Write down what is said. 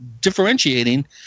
differentiating